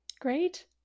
Great